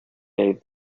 gave